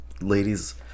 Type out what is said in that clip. ladies